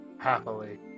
happily